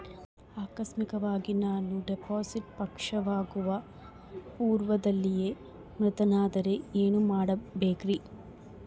ಆಕಸ್ಮಿಕವಾಗಿ ನಾನು ಡಿಪಾಸಿಟ್ ಪಕ್ವವಾಗುವ ಪೂರ್ವದಲ್ಲಿಯೇ ಮೃತನಾದರೆ ಏನು ಮಾಡಬೇಕ್ರಿ?